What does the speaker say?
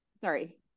sorry